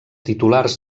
titulars